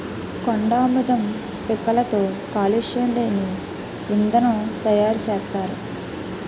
కొండాముదం పిక్కలతో కాలుష్యం లేని ఇంధనం తయారు సేత్తారు